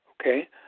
Okay